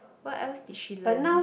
what else did she learn